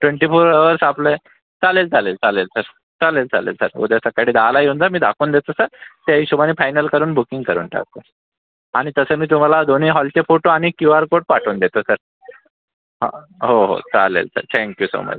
twenty four hours आपले चालेल चालेल चालेल सर चालेल चालेल चालेल उद्या सकाळी दहाला येऊन जा मी दाखवून देतो सर त्या हिशोबाने फायनल करून बुकिंग करून टाकू आणि तसं मी तुम्हाला दोन्ही हॉलचे फोटो आणि क्यूआर कोड पाठवून देतो सर हो हो चालेल sir thank you so much